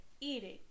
eating